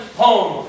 home